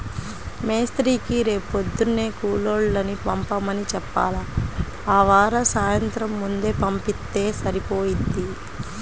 మేస్త్రీకి రేపొద్దున్నే కూలోళ్ళని పంపమని చెప్పాల, ఆవార సాయంత్రం ముందే పంపిత్తే సరిపోయిద్ది